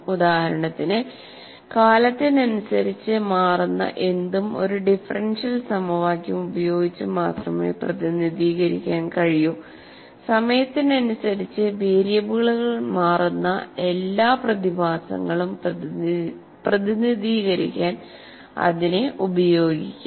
ഉദാഹരണത്തിന് കാലത്തിനനുസരിച്ച് മാറുന്ന എന്തും ഒരു ഡിഫറൻഷ്യൽ സമവാക്യം ഉപയോഗിച്ച് മാത്രമേ പ്രതിനിധീകരിക്കാൻ കഴിയൂ സമയത്തിനനുസരിച്ച് വേരിയബിളുകൾ മാറുന്ന എല്ലാ പ്രതിഭാസങ്ങളും പ്രതിനിധീകരിക്കാൻ അതിനെ ഉപയോഗിക്കാം